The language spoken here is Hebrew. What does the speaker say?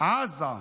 עזה.